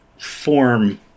form